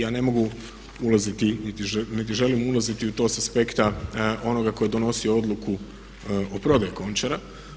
Ja ne mogu ulaziti niti želim ulaziti u to sa aspekta onoga ko je donosio odluku o prodaji Končara.